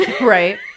Right